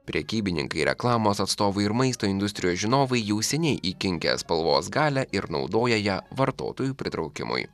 prekybininkai reklamos atstovai ir maisto industrijos žinovai jau seniai įkinkę spalvos galią ir naudoja ją vartotojų pritraukimui